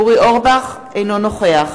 אינו נוכח